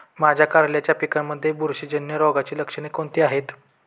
माझ्या कारल्याच्या पिकामध्ये बुरशीजन्य रोगाची लक्षणे कोणती आहेत?